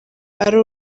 ari